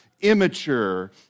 immature